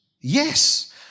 Yes